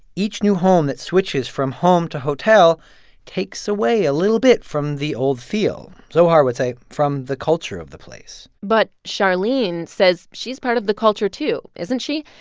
each new home that switches from home to hotel takes away a little bit from the old feel zohar would say, from the culture of the place but charlene says she's part of the culture, too, isn't she?